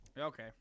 okay